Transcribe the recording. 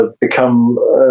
become